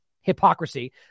hypocrisy